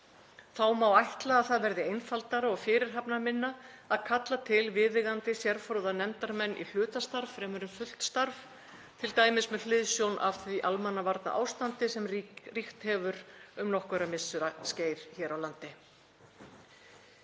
Þá má ætla að það verði einfaldara og fyrirhafnarminna að kalla til viðeigandi sérfróða nefndarmenn í hlutastarf fremur en fullt starf, t.d. með hliðsjón af því almannavarnaástandi sem ríkt hefur um nokkurra missera skeið hér á landi.